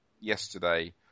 yesterday